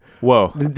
Whoa